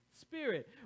Spirit